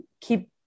keep